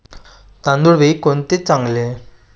तांदूळ बी कोणते चांगले?